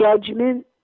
judgment